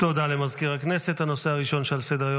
מאת חברי הכנסת חילי טרופר,